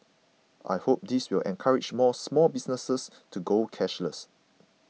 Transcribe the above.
I hope this will encourage more small businesses to go cashless